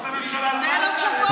אתה התבלבלת.